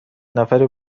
نفری